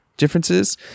differences